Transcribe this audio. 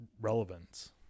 relevance